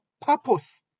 purpose